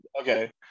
okay